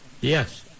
Yes